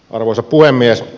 arvoisa puhemies